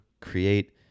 create